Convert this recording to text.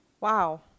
Wow